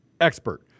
expert